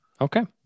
Okay